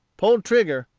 pulled trigger,